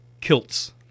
Kilts